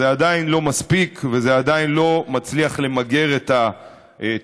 זה עדיין לא מספיק וזה עדיין לא מצליח למגר את התופעה,